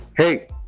Hey